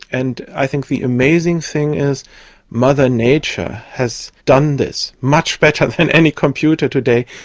and i think the amazing thing is mother nature has done this much better than any computer today.